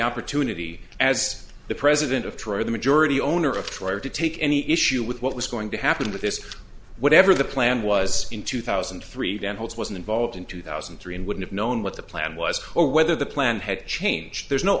opportunity as the president of troy the majority owner of tried to take any issue with what was going to happen to this whatever the plan was in two thousand and three then hope it wasn't involved in two thousand and three and wouldn't have known what the plan was or whether the plan had changed there's no